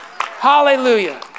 Hallelujah